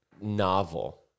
novel